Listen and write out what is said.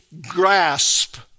grasp